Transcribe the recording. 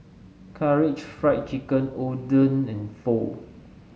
Karaage Fried Chicken Oden and Pho